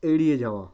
এড়িয়ে যাওয়া